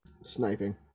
Sniping